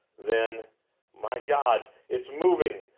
then my gawd! it's moving!